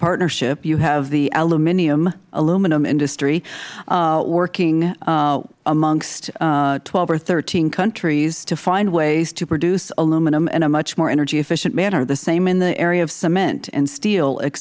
partnership you have the aluminum industry working amongst twelve or thirteen countries to find ways to produce aluminum in a much more energy efficient manner the same in the area of cement and steel et